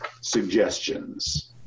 suggestions